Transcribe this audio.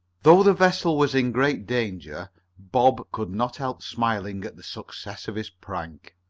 though the vessel was in great danger bob could not help smiling at the success of his prank.